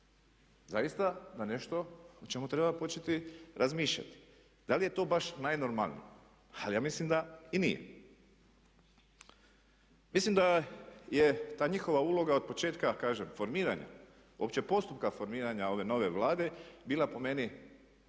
Zaista na nešto o čemu treba početi razmišljati. Da li je to baš najnormalnije? Ali ja mislim da i nije. Mislim da je ta njihova uloga od početka kažem, formiranja, uopće postupka formiranja ove nove Vlade bila po meni malo